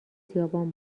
آسیابان